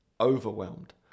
overwhelmed